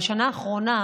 בשנה האחרונה,